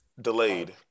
delayed